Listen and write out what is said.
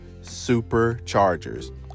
superchargers